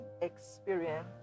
experience